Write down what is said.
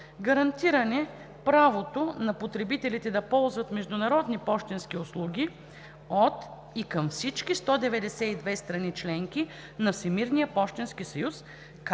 гарантиране правото на потребителите да ползват международни пощенски услуги от и към всички 192 страни – членки на Всемирния пощенски съюз,